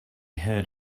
heard